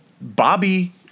Bobby